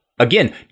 Again